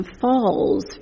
falls